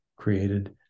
created